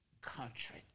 country